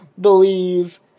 believe